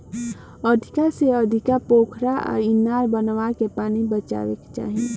अधिका से अधिका पोखरा आ इनार बनाके पानी बचावे के चाही